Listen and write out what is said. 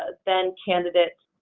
ah then candidate